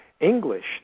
English